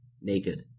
naked